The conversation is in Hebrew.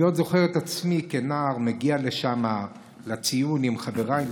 אני עוד זוכר את עצמי כנער מגיע לשם לציון עם חבריי,